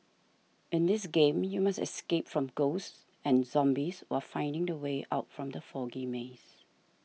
in this game you must escape from ghosts and zombies while finding the way out from the foggy maze